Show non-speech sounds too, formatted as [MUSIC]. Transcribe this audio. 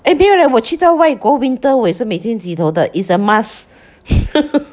eh 没有 leh 我去到外国 winter 我也是每天洗头的 it's a must [LAUGHS]